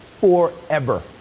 forever